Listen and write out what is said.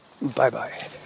Bye-bye